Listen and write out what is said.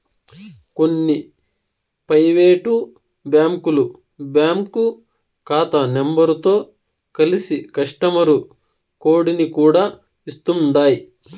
కొన్ని పైవేటు బ్యాంకులు బ్యాంకు కాతా నెంబరుతో కలిసి కస్టమరు కోడుని కూడా ఇస్తుండాయ్